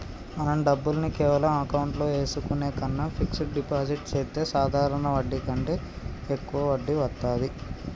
మన డబ్బుల్ని కేవలం అకౌంట్లో ఏసుకునే కన్నా ఫిక్సడ్ డిపాజిట్ చెత్తే సాధారణ వడ్డీ కంటే యెక్కువ వడ్డీ వత్తాది